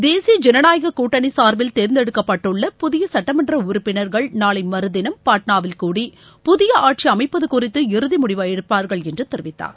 தேசிய ஜனநாயகக் கூட்டணி சார்பில் பின்னர் தேர்ந்தெடுக்கப்பட்டுள்ள புதிய சட்டமன்ற உறுப்பினர்கள் நாளை மறுதினம் பாட்னாவில் கூடி புதிய ஆட்சி அமைப்பது குறித்து இறுதி முடிவு எடுப்பார்கள் என்று தெரிவித்தார்